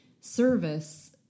service